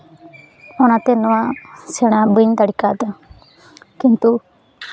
ᱚᱱᱟᱛᱮ ᱱᱚᱣᱟ ᱥᱮᱬᱟ ᱵᱟᱹᱧ ᱫᱟᱲᱮ ᱠᱟᱣᱫᱟ ᱠᱤᱱᱛᱩ